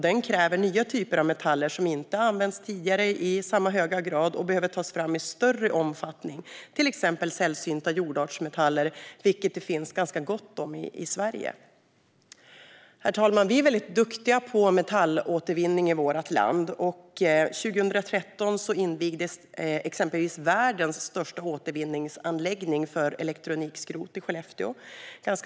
Den kräver nya typer av metaller som inte använts tidigare i samma höga grad och som behöver tas fram i större omfattning, till exempel sällsynta jordartsmetaller, som det finns ganska gott om i Sverige. Herr talman! Vi är duktiga på metallåtervinning i vårt land, och 2013 invigdes exempelvis världens största återvinningsanläggning för elektronikskrot i Skellefteå.